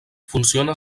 funciona